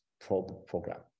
program